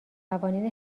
قوانین